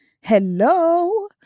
hello